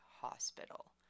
hospital